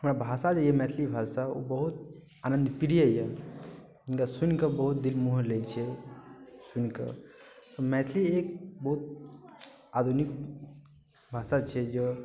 हमर भाषा जे अइ मैथिली भाषा ओ बहुत आनन्द प्रिय यऽ जिनका सुनिके बहुत दिल मोहि लै छै सुनिके मैथिली एक बहुत आधुनिक भाषा छै जे